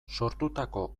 sortutako